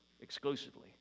exclusively